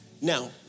Now